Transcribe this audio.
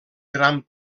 gran